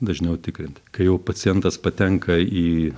dažniau tikrinti kai jau pacientas patenka į